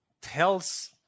tells